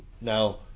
Now